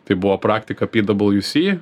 tai buvo praktika pwc